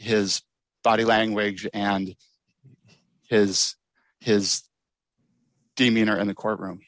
his body language and his his demeanor in the courtroom